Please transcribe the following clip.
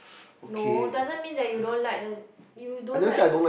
no doesn't mean that you don't like then you don't like